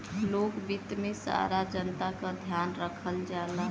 लोक वित्त में सारा जनता क ध्यान रखल जाला